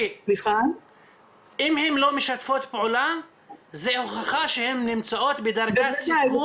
אם הן לא משתפות פעולה זו הוכחה שהן נמצאות בדרגת סיכון איומית.